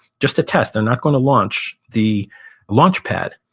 just a test, they're not going to launch the launch pad.